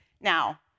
Now